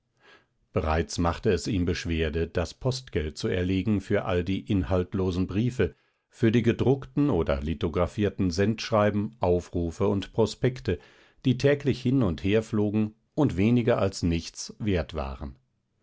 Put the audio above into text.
bereits machte es ihm beschwerde das postgeld zu erlegen für all die inhaltlosen briefe für die gedruckten oder lithographierten sendschreiben aufrufe und prospekte die täglich hin und her flogen und weniger als nichts wert waren